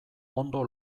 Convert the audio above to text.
ondo